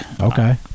Okay